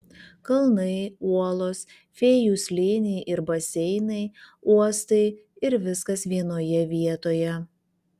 kalnai uolos fėjų slėniai ir baseinai uostai ir viskas vienoje vietoje